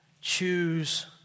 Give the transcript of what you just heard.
choose